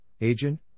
agent